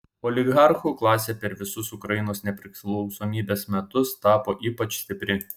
oligarchų klasė per visus ukrainos nepriklausomybės metus tapo ypač stipri